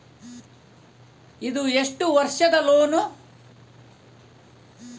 ಇದು ಎಷ್ಟು ವರ್ಷದ ಲೋನ್?